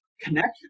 connection